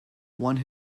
one